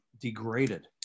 degraded